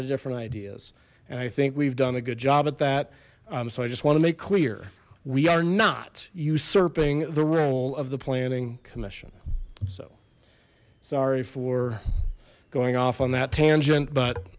of different ideas and i think we've done a good job at that so i just want to make clear we are not usurping the role of the planning commission so sorry for going off on that tangent but